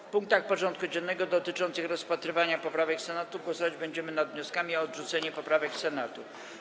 W punktach porządku dziennego dotyczących rozpatrywania poprawek Senatu głosować będziemy nad wnioskami o odrzucenie poprawek Senatu.